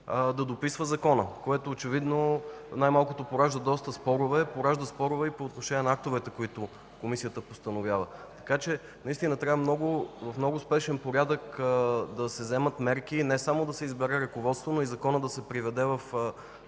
да дописва Закона, което най-малкото поражда доста спорове, поражда спорове и по отношение на актовете, които Комисията постановява. В много спешен порядък трябва да се вземат мерки, не само да се избере ръководство, но и Законът да се приведе в